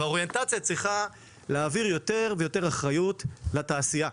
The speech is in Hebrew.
והאוריינטציה צריכה להעביר יותר ויותר אחריות לתעשייה,